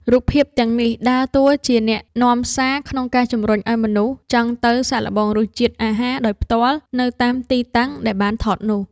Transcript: រូបភាពទាំងនេះដើរតួជាអ្នកនាំសារក្នុងការជំរុញឱ្យមនុស្សចង់ទៅសាកល្បងរសជាតិអាហារដោយផ្ទាល់នៅតាមទីតាំងដែលបានថតនោះ។